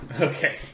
Okay